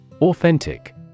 Authentic